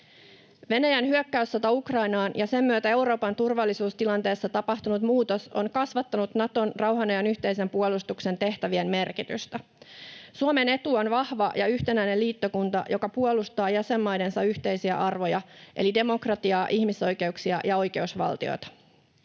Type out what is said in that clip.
Venäjän hyökkäyssota Ukrainaan ja sen myötä Euroopan turvallisuustilanteessa tapahtunut muutos ovat kasvattaneet Naton rauhan ajan yhteisen puolustuksen tehtävien merkitystä. Suomen etu on vahva ja yhtenäinen liittokunta, joka puolustaa jäsenmaidensa yhteisiä arvoja, eli demokratiaa, ihmisoikeuksia ja oikeusvaltiota.